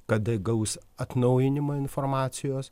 kada gaus atnaujinimą informacijos